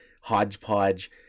hodgepodge